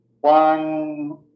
one